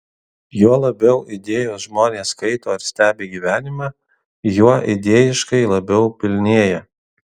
juo daugiau idėjos žmonės skaito ir stebi gyvenimą juo idėjiškai labiau pilnėja